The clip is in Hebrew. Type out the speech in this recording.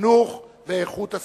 חינוך ואיכות הסביבה.